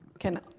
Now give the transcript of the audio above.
can.